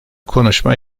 konuşma